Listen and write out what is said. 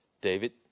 David